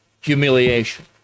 humiliation